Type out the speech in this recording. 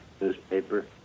newspaper